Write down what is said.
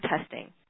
testing